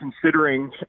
considering